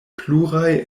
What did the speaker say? pluraj